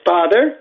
Father